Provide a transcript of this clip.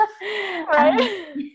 Right